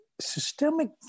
systemic